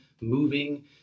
moving